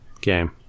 game